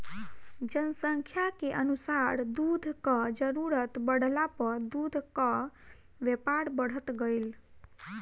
जनसंख्या के अनुसार दूध कअ जरूरत बढ़ला पअ दूध कअ व्यापार बढ़त गइल